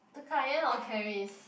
to Kai Yan or Carice